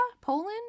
Poland